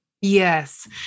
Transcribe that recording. Yes